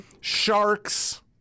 Sharks